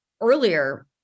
earlier